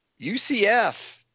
UCF